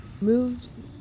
moves